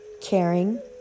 Caring